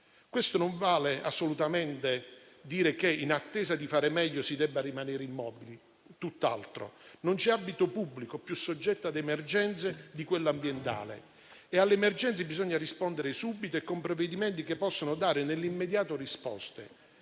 Questo non vuole assolutamente dire che, in attesa di fare meglio, si debba rimanere immobili: tutt'altro. Non c'è ambito pubblico più soggetto ad emergenze di quello ambientale; e alle emergenze bisogna rispondere subito e con provvedimenti che possano dare nell'immediato risposte.